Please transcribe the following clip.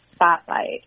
spotlight